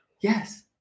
Yes